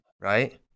right